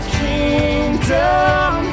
kingdom